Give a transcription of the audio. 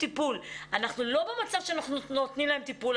אנחנו לא במצב שאנחנו נותנים לו טיפול.